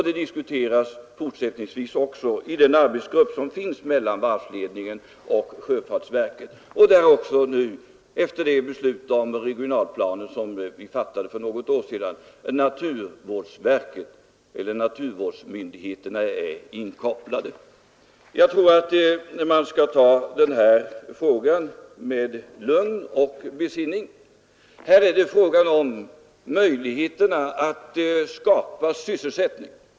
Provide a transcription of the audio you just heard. Det diskuteras även i den arbetsgrupp som finns mellan varvsledningen och sjöfartsverket, där också, efter det beslut om regional planering som vi fattade för något år sedan, naturvårdsmyndigheterna är inkopplade. Jag tror att man skall ta denna fråga med lugn och besinning. Här handlar det om möjligheten att skapa sysselsättning.